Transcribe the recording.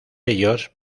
ellos